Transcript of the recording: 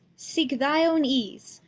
seek thy own ease,